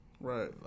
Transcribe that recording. Right